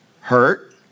hurt